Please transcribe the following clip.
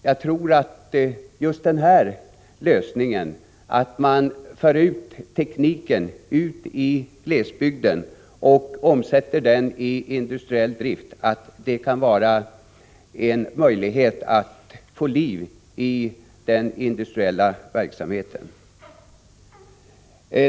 Jag tror att just åtgärden att föra ut tekniken i glesbygden och omsätta den i industriell drift kan vara ett sätt att få liv i den industriella verksamheten.